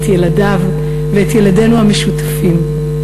את ילדיו ואת ילדינו המשותפים,